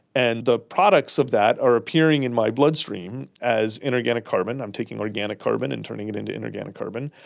and the products of that are appearing in my bloodstream as inorganic carbon, i'm taking organic carbon and turning it into inorganic carbon.